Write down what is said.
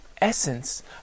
essence